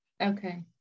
okay